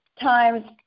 times